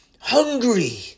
hungry